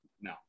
No